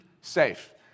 safe